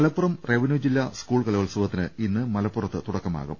Malappuram revenue ജില്ലാ school കലോത്സവത്തിന് ഇന്ന് മലപ്പു റത്ത് തുടക്കമാകും